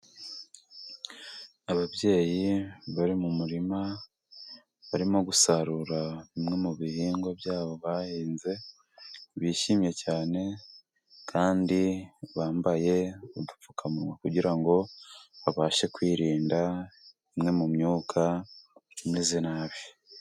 Ababyeyi bari mu murima, barimo gusarura bimwe mu bihingwa byabo bahinze bishimye cyane. Kandi, bambaye udupfukamunwa kugira ngo babashe kwirinda imwe mu myuka imeze nabi.